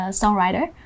songwriter